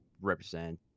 represent